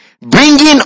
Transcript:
bringing